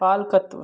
पालकत्व